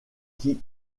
qui